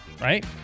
Right